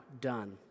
done